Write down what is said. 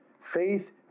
faith